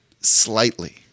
slightly